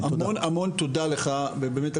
במיוחד ברמת